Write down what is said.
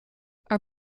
our